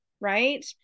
Right